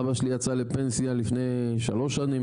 אבא שלי יצא לפנסיה לפני שלוש שנים